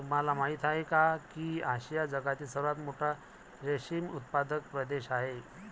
तुम्हाला माहिती आहे का की आशिया हा जगातील सर्वात मोठा रेशीम उत्पादक प्रदेश आहे